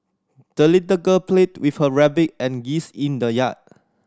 the little girl played with her rabbit and geese in the yard